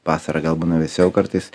vasarą gal būna vėsiau kartais